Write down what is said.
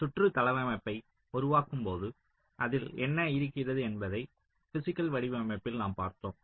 சுற்று தளவமைப்பை உருவாக்கும்போது அதில் என்ன இருக்கிறது என்பதை பிஸிக்கல் வடிவமைப்பில் நாம் பார்த்தோம்